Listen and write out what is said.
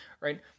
right